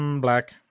black